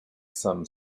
some